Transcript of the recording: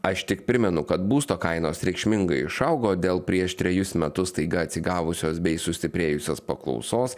aš tik primenu kad būsto kainos reikšmingai išaugo dėl prieš trejus metus staiga atsigavusios bei sustiprėjusios paklausos